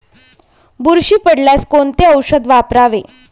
बुरशी पडल्यास कोणते औषध वापरावे?